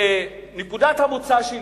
נקודת המוצא שלי: